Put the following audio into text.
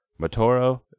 Matoro